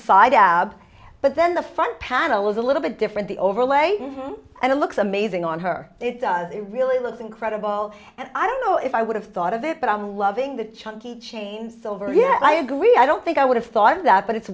side ab but then the front panel is a little bit different the overlay and it looks amazing on her it does it really looks incredible and i don't know if i would have thought of it but i'm loving the chunky chains over yeah i agree i don't think i would have thought of that but it's